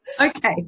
Okay